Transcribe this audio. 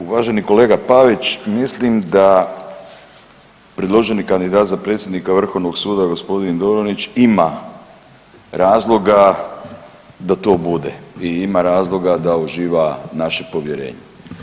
Uvaženi kolega Pavić, mislim da predloženi kandidat za predsjednika Vrhovnog suda g. Dobronić ima razloga da to bude i ima razloga da uživa naše povjerenje.